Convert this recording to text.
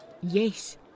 Yes